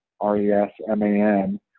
R-E-S-M-A-N